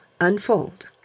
unfold